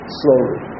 slowly